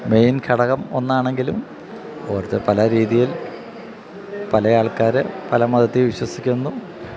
main ഘടകം ഒന്നാണെങ്കിലും ഓരോരുത്തര് പല രീതിയിൽ പലയാൾക്കാര് പല മതത്തില് വിശ്വസിക്കുന്നു